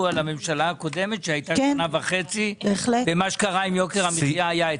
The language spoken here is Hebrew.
על הממשלה הקודמת שהייתה שנה וחצי ומה שקרה אם יוקר המחיה היה אצלה?